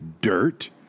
dirt